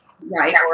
Right